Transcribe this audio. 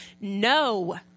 no